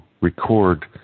record